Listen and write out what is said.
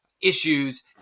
issues